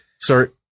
start